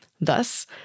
Thus